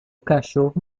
cachorro